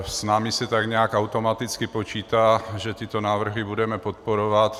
S námi se tak nějak automaticky počítá, že tyto návrhy budeme podporovat.